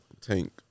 Tank